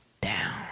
down